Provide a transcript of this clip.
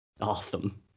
awesome